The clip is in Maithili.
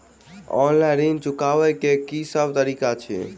ऑनलाइन ऋण चुकाबै केँ की सब तरीका अछि?